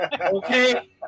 Okay